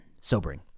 sobering